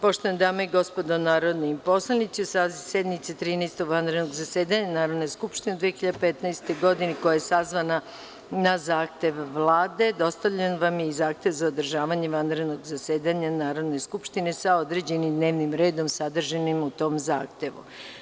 Poštovane dame i gospodo narodni poslanici, u saziv sednice 13. vanrednog zasedanja Narodne skupštine u 2015. godini, koja je sazvana na zahtev Vlade, dostavljen vam je i zahtev za održavanje vanrednog zasedanja Narodne skupštine sa određenimdnevnom redom sadržanim u tom zahtevu.